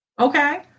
okay